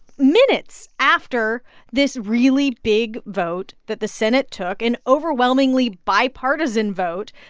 minutes after this really big vote that the senate took, an overwhelmingly bipartisan vote,